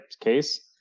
case